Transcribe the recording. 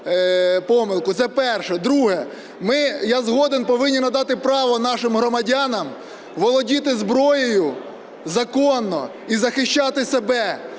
помилку. Це перше. Друге. Ми, я згоден, повинні надати право нашим громадянам володіти зброєю законно і захищати себе,